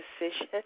decision